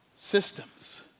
systems